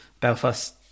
Belfast